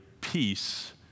peace